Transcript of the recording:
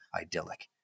idyllic